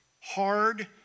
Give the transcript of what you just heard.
Hard